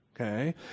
Okay